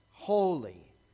Holy